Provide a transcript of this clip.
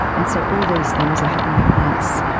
and so all these things are happening at once.